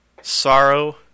sorrow